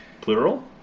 Plural